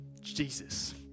Jesus